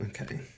Okay